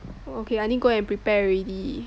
okay I need go and prepare already